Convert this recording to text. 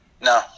no